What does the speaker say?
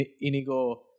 Inigo